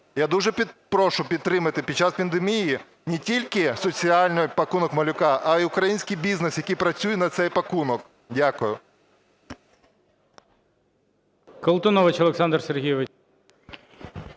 Я дуже прошу підтримати під час пандемії не тільки соціальний "пакунок малюка", а й український бізнес, який працює на цей "пакунок". Дякую.